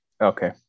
Okay